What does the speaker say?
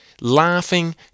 laughing